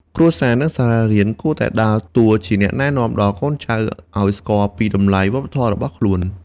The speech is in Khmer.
គ្រួសារនិងសាលារៀនគួរតែដើរតួជាអ្នកណែនាំដល់កូនចៅឲ្យស្គាល់ពីតម្លៃវប្បធម៌របស់ខ្លួន។